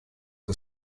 are